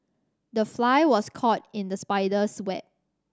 the fly was caught in the spider's web